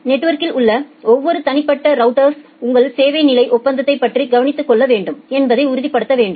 நெட்வொர்கில் உள்ள ஒவ்வொரு தனிப்பட்ட ரவுட்டரும் உங்கள் சேவை நிலை ஒப்பந்தத்தைப் பற்றி கவனித்துக் கொள்ள வேண்டும் என்பதை உறுதிப்படுத்த வேண்டும்